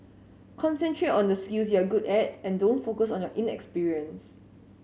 concentrate on the skills you're good at and don't focus on your inexperience